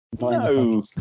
No